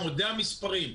זה המספרים.